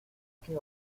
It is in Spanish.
que